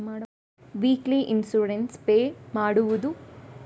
Weekly insurance pay ಮಾಡುವುದ?